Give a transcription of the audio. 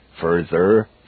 Further